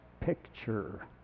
picture